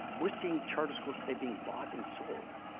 we're seeing charter schools today being bought and sold.